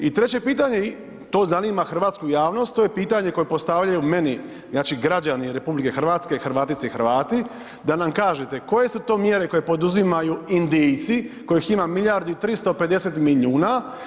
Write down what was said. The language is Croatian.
I treće pitanje, to zanima hrvatsku javnost, to je pitanje koje postavljaju meni znači građani RH, Hrvatice i Hrvati, da nam kažete, koje su to mjere koje poduzimaju Indijci kojih ima milijardu i 350 milijuna.